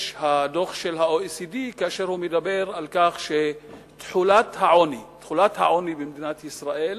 והדוח של ה-OECD לא מחדש כאשר הוא מדבר על כך שתחולת העוני במדינת ישראל